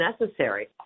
necessary